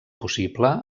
possible